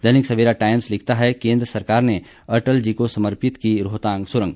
दैनिक Savera Times लिखता है केन्द्र सरकार ने अटल जी को समर्पित की रोहतांग सुरंग